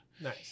Nice